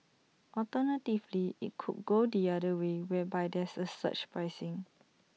alternatively IT could go the other way whereby there's A surge pricing